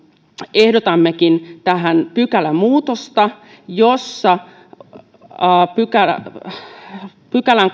ehdotammekin tähän pykälämuutosta jossa kahdennenkymmenennenkahdeksannen pykälän